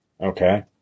Okay